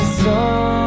song